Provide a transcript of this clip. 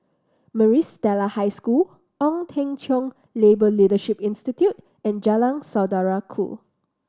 Maris Stella High School Ong Teng Cheong Labour Leadership Institute and Jalan Saudara Ku